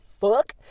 fuck